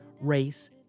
race